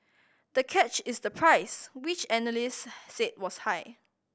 the catch is the price which analysts said was high